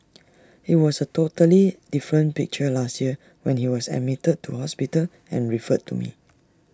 IT was A totally different picture last year when he was admitted to hospital and referred to me